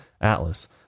Atlas